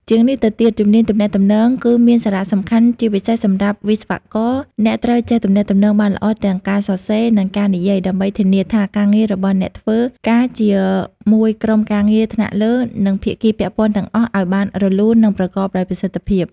ជាងនេះទៅទៀតជំនាញទំនាក់ទំនង គឺមានសារៈសំខាន់ជាពិសេសសម្រាប់វិស្វករ អ្នកត្រូវចេះទំនាក់ទំនងបានល្អទាំងការសរសេរ និងការនិយាយដើម្បីធានាថាការងាររបស់អ្នកធ្វើការជាមួយក្រុមការងារថ្នាក់លើ និងភាគីពាក់ព័ន្ធទាំងអស់ឲ្យបានរលូន និងប្រកបដោយប្រសិទ្ធភាព។